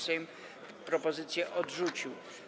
Sejm propozycje odrzucił.